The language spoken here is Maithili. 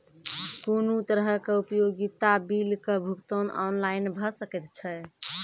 कुनू तरहक उपयोगिता बिलक भुगतान ऑनलाइन भऽ सकैत छै?